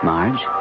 Marge